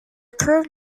current